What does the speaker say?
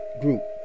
group